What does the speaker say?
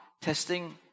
testing